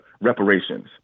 reparations